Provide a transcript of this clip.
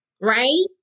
right